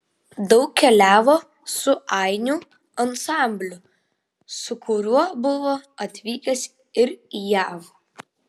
daug keliavo su ainių ansambliu su kuriuo buvo atvykęs ir į jav